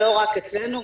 לא רק אצלנו,